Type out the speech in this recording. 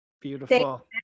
Beautiful